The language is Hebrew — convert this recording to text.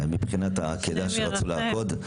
מבחינת העקידה שרצו לעקוד.